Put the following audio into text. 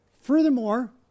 Furthermore